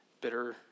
bitter